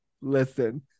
listen